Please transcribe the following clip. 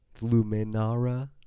Luminara